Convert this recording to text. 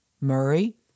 Murray